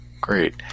Great